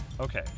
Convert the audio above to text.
Okay